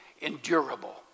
endurable